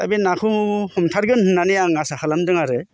दा बे नाखौ हमथारगोन होननानै आं आसा खालामदों आरो